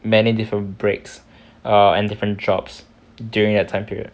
many different breaks err and different jobs during that time period